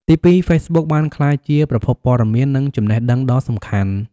ទីពីរ ហ្វេសប៊ុកបានក្លាយជា ប្រភពព័ត៌មាន និងចំណេះដឹង ដ៏សំខាន់។